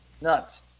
nuts